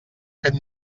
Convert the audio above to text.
fet